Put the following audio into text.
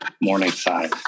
Morningside